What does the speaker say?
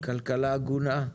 כלכלה הגונה,